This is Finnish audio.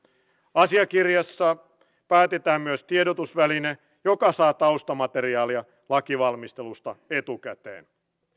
asiakirjassa päätetään myös tiedotusväline joka saa taustamateriaalia lakivalmistelusta etukäteen